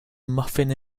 muffin